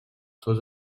tots